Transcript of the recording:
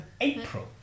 April